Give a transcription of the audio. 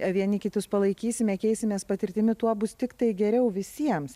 vieni kitus palaikysime keisimės patirtimi tuo bus tiktai geriau visiems